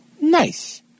Nice